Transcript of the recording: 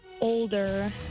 older